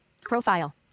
Profile